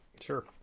sure